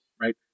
right